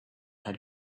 had